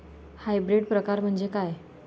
Hybrid प्रकार म्हणजे काय?